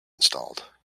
installed